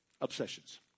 obsessions